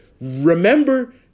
Remember